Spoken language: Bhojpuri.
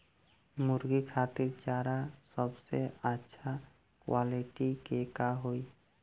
मुर्गी खातिर चारा सबसे अच्छा क्वालिटी के का होई?